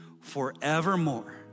forevermore